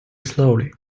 slowly